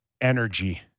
energy